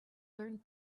learned